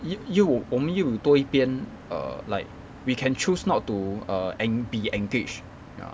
又又我们又有多一边 err like we can choose not to err en~ be engaged ya